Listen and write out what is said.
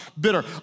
bitter